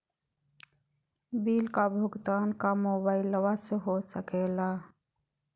Bill का भुगतान का मोबाइलवा से हो सके ला?